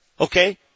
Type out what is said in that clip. Okay